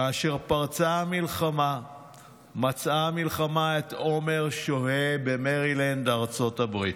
כאשר פרצה המלחמה מצאה המלחמה את עומר שוהה במרילנד ארצות הברית.